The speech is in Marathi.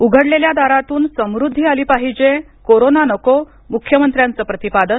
उघडलेल्या दारातून समुद्धी आली पाहिजे कोरोना नको मुख्यमंत्र्यांचं प्रतिपादन